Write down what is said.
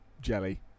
jelly